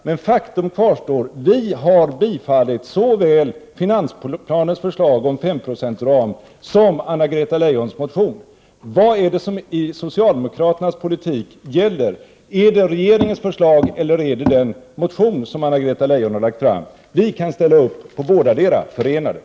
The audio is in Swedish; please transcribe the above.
Men faktum kvarstår: Vi moderater har givit vårt stöd till såväl förslaget i finansplanen om en 5-procentsram som förslaget i Anna-Greta Leijons motion. Vad är det i socialdemokraternas politik som gäller? Är det regeringens förslag eller är det den motion som Anna-Greta Leijon har avgivit? Vi moderater kan ställa upp för bådadera, i förening.